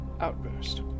Outburst